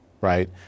right